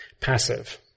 passive